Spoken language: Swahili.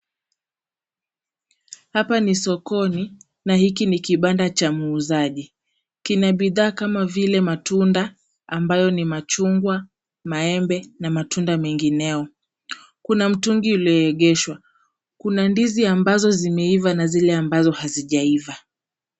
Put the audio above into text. Hapa ni sokoni na hiki ni kibanda cha muuzaji. Kina bidhaa kama vile matunda ambayo ni machungwa, maembe na matunda mengineo. Kuna mtungi ulioegeshwa. Kuna ndizi ambazo zimeiva na zile ambazo hazijaiva.